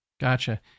Gotcha